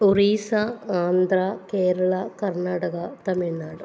Orissa Andhra Kerala Karnataka Tamil Nadu